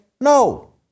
No